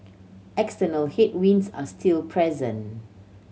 external headwinds are still present